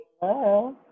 Hello